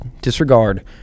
disregard